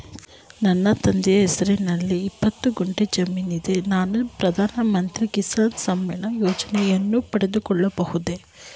ನನ್ನ ತಂದೆಯ ಹೆಸರಿನಲ್ಲಿ ಇಪ್ಪತ್ತು ಗುಂಟೆ ಜಮೀನಿದೆ ನಾನು ಪ್ರಧಾನ ಮಂತ್ರಿ ಕಿಸಾನ್ ಸಮ್ಮಾನ್ ಯೋಜನೆಯನ್ನು ಪಡೆದುಕೊಳ್ಳಬಹುದೇ?